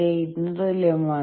8 ന് തുല്യമാണ്